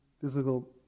physical